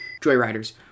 joyriders